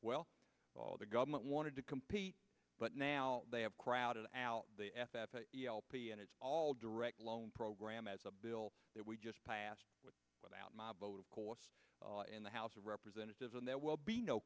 well the government wanted to compete but now they have crowded out the f f a e l p and it's all direct loan program as a bill that we just passed without my vote of course in the house of representatives and there will be no